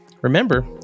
remember